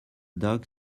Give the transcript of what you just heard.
dog